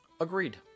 Agreed